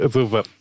Super